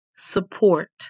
support